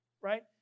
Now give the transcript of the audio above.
right